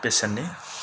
बेसेननि